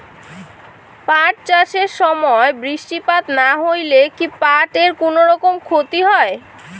পাট চাষ এর সময় বৃষ্টিপাত না হইলে কি পাট এর কুনোরকম ক্ষতি হয়?